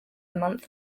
month